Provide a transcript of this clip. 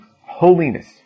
holiness